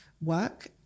work